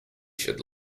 should